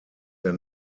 der